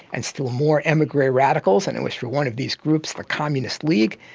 and still more emigre radicals. and it was for one of these groups, the communist league,